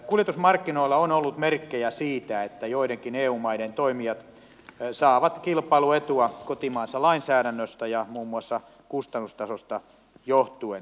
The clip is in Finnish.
kuljetusmarkkinoilla on ollut merkkejä siitä että joidenkin eu maiden toimijat saavat kilpailuetua kotimaansa lainsäädännöstä ja muun muassa kustannustasosta johtuen